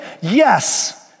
Yes